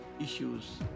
issues